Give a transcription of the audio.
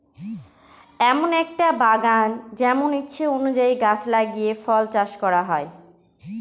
এমন একটা বাগান যেমন ইচ্ছে অনুযায়ী গাছ লাগিয়ে ফল চাষ করা হয়